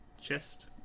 chest